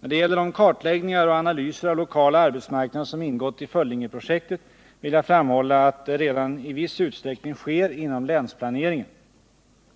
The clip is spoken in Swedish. När det gäller de kartläggningar och analyser av lokala arbetsmarknader som ingått i Föllingeprojektet vill jag framhålla att det redan i viss utsträckning sker inom länsplaneringen.